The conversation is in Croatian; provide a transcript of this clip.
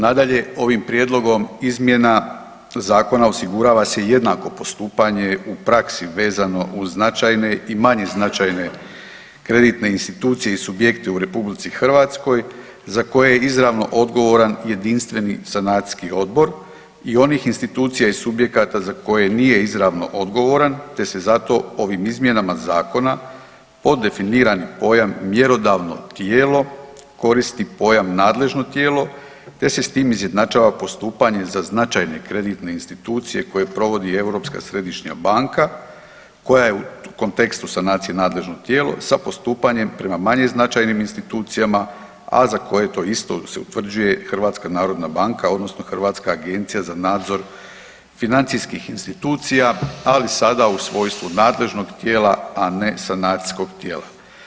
Nadalje, ovim prijedlogom izmjena zakona osigurava se jednako postupanje u praksi vezano uz značajne i manje značajne kreditne institucije i subjekte u RH za koji je izravno odgovoran jedinstveni sanacijski odbor i onih institucija i subjekata za koje nije izravno odgovoran, te se zato ovim izmjenama zakona pod definirani pojam mjerodavno tijelo koristi pojam nadležno tijelo, te se s tim izjednačava postupanje za značajne kreditne institucije koje provodi Europska središnja banka koja je u kontekstu sanacije nadležno tijelo sa postupanjem prema manje značajnim institucijama, a za koje to isto utvrđuje Hrvatska narodna banka, odnosno Hrvatska agencija za nadzor financijskih institucija ali sada u svojstvu nadležnog tijela, a ne sanacijskog tijela.